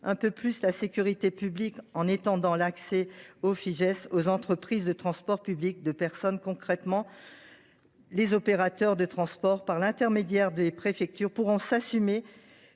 un peu plus la sécurité publique en étendant l’accès au Fijais aux entreprises de transport public de personnes. Concrètement, les opérateurs de transport, par l’intermédiaire des préfectures, pourront s’assurer